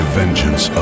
vengeance